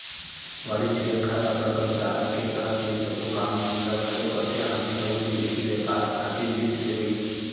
वाणिज्य बेंक ह अब्बड़ कन कारज के तहत ये सबो काम मन ल घलोक करथे आंतरिक अउ बिदेसी बेपार खातिर वित्त देवई